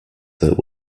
that